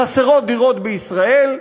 חסרות דירות בישראל,